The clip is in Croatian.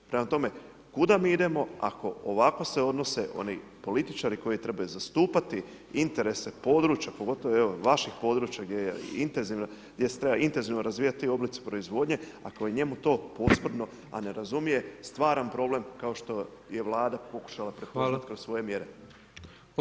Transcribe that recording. Prema tome, kuda mi idemo ako ovako se odnose oni političari koji trebaju zastupati interese područja, pogotovo, evo, vaših područja gdje se treba intenzivno razvijati ti oblici proizvodnje, ako je njemu to posprdno, a ne razumije stvaran problem kao što je Vlada pokušala prihvatiti [[Upadica: Hvala]] kroz svoje mjere.